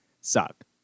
suck